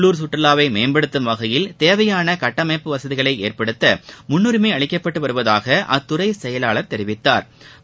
உள்ளுர் சுற்றுலாவை மேம்படுத்தும் வகையில் தேவையாள கட்டமைப்பு வசதிகளை ஏற்படுத்த முன்னுரிமை அளிக்கப்பட்டு வருவதாக அத்துறை செயலாளா் தெரிவித்தாா்